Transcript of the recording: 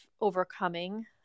overcoming